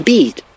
Beat